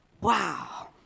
Wow